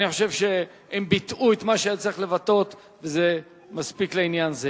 אני חושב שהם ביטאו את מה שהיה צריך לבטא וזה מספיק לעניין זה.